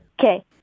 Okay